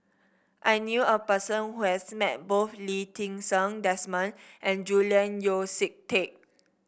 I knew a person who has met both Lee Ti Seng Desmond and Julian Yeo See Teck